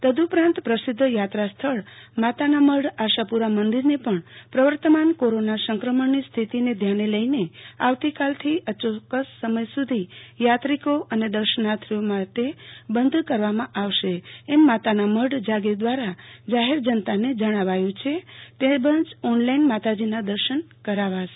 તદઉપરાંત પ્રસિધ્ધ યાત્રાસ્થળ માતાનામઢ આશાપુ રા મંદિરને પણ પ્રવર્તમાન કોરોના સ્થિતિને ધ્યાને લઈને આવતીકાલથી અયોક્સ સમય સુ ધી યાત્રીકો અને સંક્રમણની દર્શનાર્થીઓ માટે બંધ કરવામાં આવશે એમ માતાનામઢ જાગીર દ્રારા જાહેર જનતાને જણાવાયુ છે તેમજ ઓનલાઈન માતાજીના દર્શન કરાશે